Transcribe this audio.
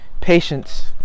patience